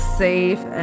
safe